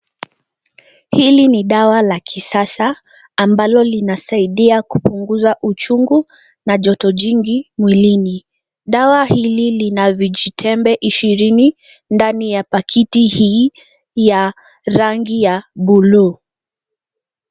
Hili ni dawa la kisasa ambalo linasaidia kupunguza uchungu na joto jingi mwilini. Dawa hili lina vijitembe ishirini ndani ya pakiti hii ya rangi ya buluu.